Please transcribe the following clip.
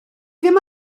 ddim